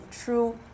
true